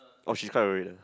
oh she quite worried ah